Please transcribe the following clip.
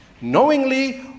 knowingly